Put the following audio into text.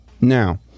Now